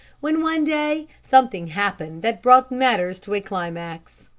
when one day something happened that brought matters to a climax.